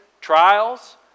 trials